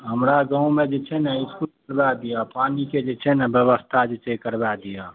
हमरा गाँवमे जे छै ने किछु सलाह दिअ पानिके जे छै ने व्यवस्था जे छै करबाए दिअ